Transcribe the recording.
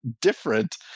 different